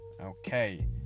Okay